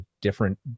different